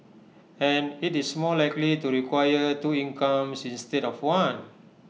and IT is more likely to require two incomes instead of one